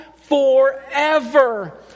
Forever